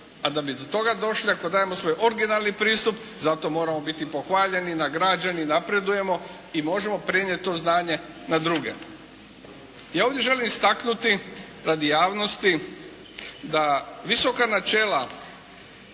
a da bi do toga došli ako dajemo svoj originalni pristup, za to moramo biti pohvaljeni, nagrađeni, napredujemo i možemo prenijeti to znanje na druge. Ja ovdje želim istaknuti radi javnosti da visoka načela